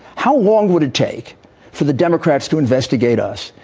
how long would it take for the democrats to investigate us.